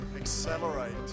accelerate